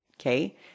Okay